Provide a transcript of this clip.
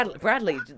Bradley